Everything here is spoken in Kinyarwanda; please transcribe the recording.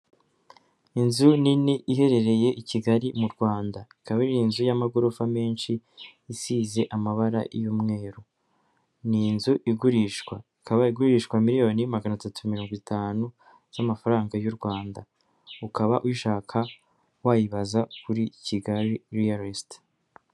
Inzu nini iherereye i Kigali mu Rwanda, ikaba inzu y'amagorofa menshi isize amabara y'umweru, ni inzu igurishwa, ikaba igurishwa miliyoni magana atatu mirongo itanu z'amafaranga y'u Rwanda ukaba uyishaka wayibaza kuri Kigali reyalisite.